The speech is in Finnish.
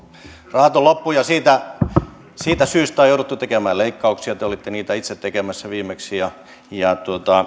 rahat ovat loppu ja siitä syystä on jouduttu tekemään leikkauksia te olitte niitä itse tekemässä viimeksi ja ja